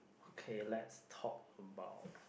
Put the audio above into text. okay let's talk about